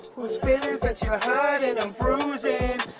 whose feelings that you're hurtin' and bruisin'?